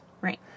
right